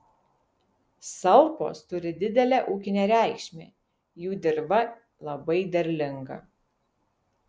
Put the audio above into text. salpos turi didelę ūkinę reikšmę jų dirva labai derlinga